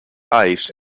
ice